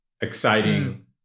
exciting